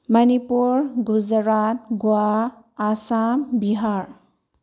Manipur Gujarat Goa Assam Bihar